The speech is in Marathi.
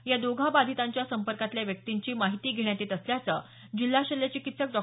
या दोघा बाधितांच्या संपर्कातल्या व्यक्तींची माहिती घेण्यात येत असल्याचं जिल्हा शल्यचिकित्सक डॉ